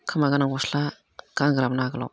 खोमा गोनां गस्ला गानग्रामोन आगोलाव